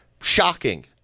shocking